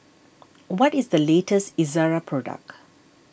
what is the latest Ezerra product